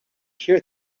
hear